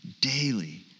daily